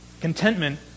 Contentment